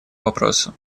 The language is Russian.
вопросу